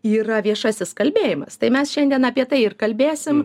yra viešasis kalbėjimas tai mes šiandien apie tai ir kalbėsim